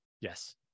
Yes